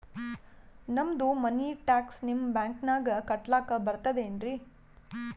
ನಮ್ದು ಮನಿ ಟ್ಯಾಕ್ಸ ನಿಮ್ಮ ಬ್ಯಾಂಕಿನಾಗ ಕಟ್ಲಾಕ ಬರ್ತದೇನ್ರಿ?